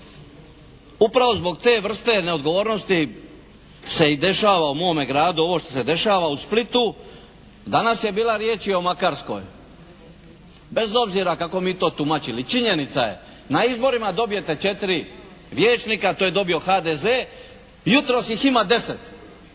upravo zbog te vrste neodgovornosti se i dešava u mom gradu ovo što se dešava u Splitu. Danas je bilo riječi i o Makarskoj. Bez obzira kako mi to tumačili činjenica je na izborima dobijete četiri vijećnika, to je dobio HDZ, jutros ih ima deset.